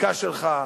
היותר-ותיקה שלך,